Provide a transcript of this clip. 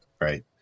Right